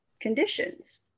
conditions